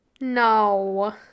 no